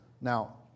Now